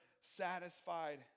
satisfied